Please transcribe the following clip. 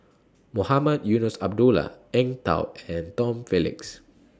Mohamed Eunos Abdullah Eng Tow and Tom Phillips